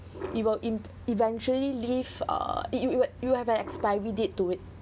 it will eventually leave uh if if you have an expiry date to it